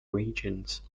regions